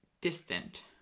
distant